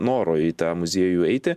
noro į tą muziejų eiti